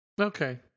Okay